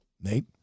Nate